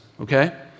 Okay